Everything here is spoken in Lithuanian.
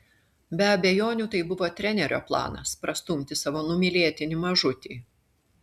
be abejonių tai buvo trenerio planas prastumti savo numylėtinį mažutį